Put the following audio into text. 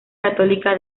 católica